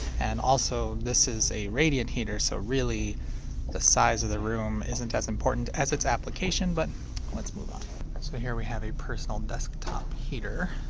and also, this is a radiant heater so really the size of the room isn't as important as its application but let's move on. so here we have a personal desktop heater,